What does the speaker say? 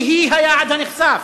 היא-היא היעד הנכסף.